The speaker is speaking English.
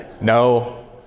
No